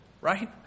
right